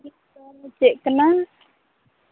ᱪᱮᱫ ᱠᱟᱱᱟ